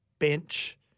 bench